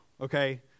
okay